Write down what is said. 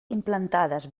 implantades